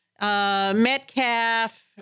Metcalf